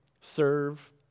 serve